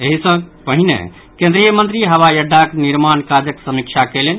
एहि सँ पहिने केंद्रीय मंत्री हवाई अड्डाक निर्माण काजक समीक्षा कयलनि